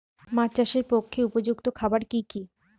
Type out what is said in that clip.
মাছ চাষের পক্ষে উপযুক্ত খাবার কি কি?